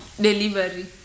Delivery